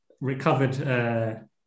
recovered